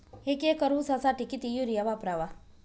एक एकर ऊसासाठी किती युरिया वापरावा?